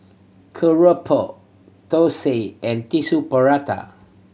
keropok thosai and Tissue Prata